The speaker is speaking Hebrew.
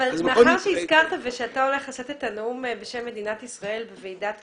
מאחר והזכרת ואתה הולך לשאת את הנאום בשם מדינת ישראל בוועידת קטוביץ,